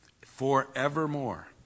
forevermore